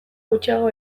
gutxiago